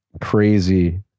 crazy